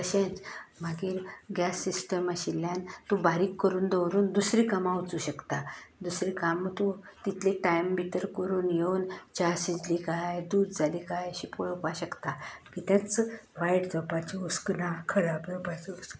तशेंच मगीर gas system आशिल्ल्यान तूं बारीक करून दवरून दुसऱ्यां कामांक वचूं शकता दुसरें काम तूं तितलें टायम भितर करून येवन च्या शिजली काय दूद जालें काय अशें पळोवपाक शकता कितेंच वायट जांवपाचो हुस्को ना खराब जावपाचो हूस्को ना